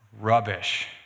rubbish